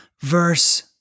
verse